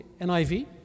NIV